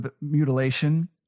mutilation